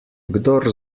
kdor